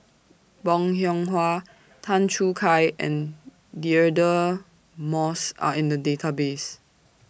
Bong Hiong Hwa Tan Choo Kai and Deirdre Moss Are in The Database